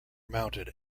mounted